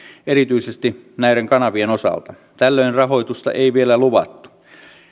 erityisesti näiden kanavien osalta tällöin rahoitusta ei vielä luvattu